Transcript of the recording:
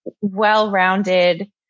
well-rounded